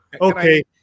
okay